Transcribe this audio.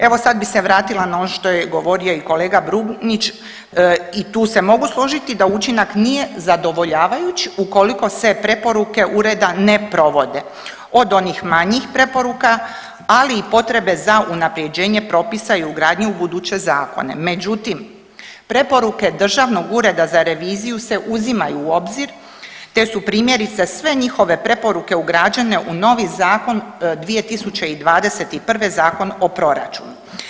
Evo sad bi se vratila na ono što je govorio i kolega Brumnić i tu se mogu složiti da učinak nije zadovoljavajuć ukoliko se preporuke ureda ne provode od onih manjih preporuka, ali i potrebe za unaprjeđenje propisa i ugradnje u buduće zakone, međutim preporuke državnog ureda za reviziju se uzimaju u obzir, te su primjerice sve njihove preporuke ugrađene u novi zakon 2021., Zakon o proračunu.